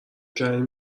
کردیم